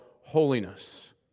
holiness